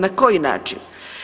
Na koji način?